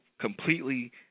completely